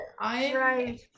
Right